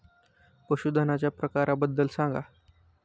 पशूधनाच्या प्रकारांबद्दल सांगा